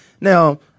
Now